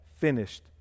finished